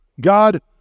God